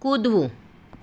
કૂદવું